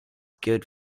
good